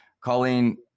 Colleen